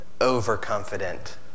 overconfident